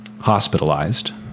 hospitalized